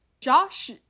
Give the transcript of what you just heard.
Josh